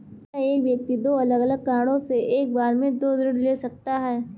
क्या एक व्यक्ति दो अलग अलग कारणों से एक बार में दो ऋण ले सकता है?